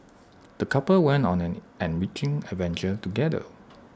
the couple went on an enriching adventure together